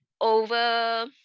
over